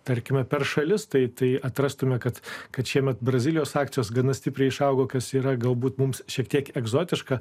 tarkime per šalis tai tai atrastumėme kad kad šiemet brazilijos akcijos gana stipriai išaugo kas yra galbūt mums šiek tiek egzotiška